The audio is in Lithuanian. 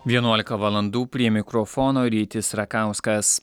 vienuolika valandų prie mikrofono rytis rakauskas